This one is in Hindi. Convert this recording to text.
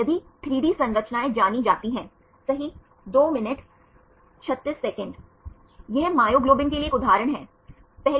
तो यह बहुत तेजी से है सही आप कह सकते हैं कि यह सक्षम संसाधन है जब हमारे पास नुकसान हैं तो सीडी हिट के नुकसान क्या हैं